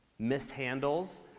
mishandles